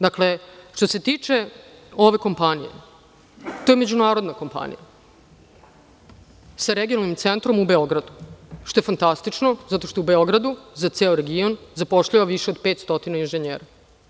Dakle, što se tiče ove kompanije, to je međunarodna kompanija sa regionalnim centrom u Beogradu, što je fantastično zato što je u Beogradu za ceo region i zapošljava više od 500 inžinjera.